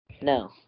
No